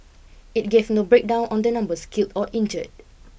it gave no breakdown on the numbers killed or injured